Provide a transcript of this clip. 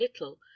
little